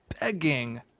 begging